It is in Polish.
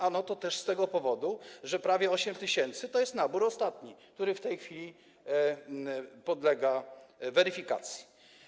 Ano to też z tego powodu, że prawie 8 tys. to jest ostatni nabór, który w tej chwili podlega weryfikacji.